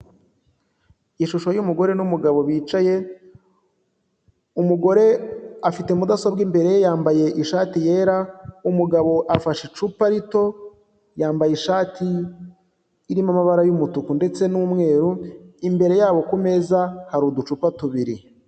Ishusho y'umugore n'umugabo bicaye, umugore afite mudasobwa imbere ye yambaye ishati yera, umugabo afashe icupa rito, yambaye ishati irimo amabara y'umutuku ndetse n'umweru, imbere yabo ku meza hari uducupa tubiri.